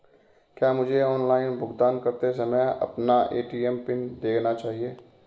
क्या मुझे ऑनलाइन भुगतान करते समय अपना ए.टी.एम पिन देना चाहिए?